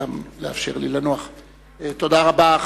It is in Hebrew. תודה רבה.